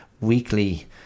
weekly